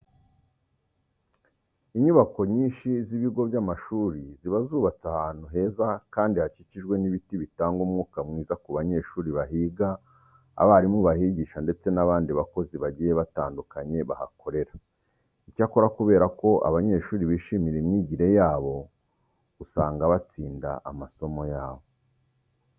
Inyubako nyinshi z'ibigo by'amashuri ziba zubatse ahantu heza kandi hakikijwe n'ibiti bitanga umwuka mwiza ku banyeshuri bahiga, abarimu bahigisha ndetse n'abandi bakozi bagiye batandukanye bahakorera. Icyakora kubera ko abanyeshuri bishimira imyigire yabo, usanga batsinda amasomo yabo.